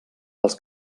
els